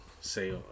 say